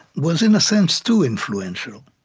was, in a sense, too influential.